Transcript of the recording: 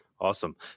Awesome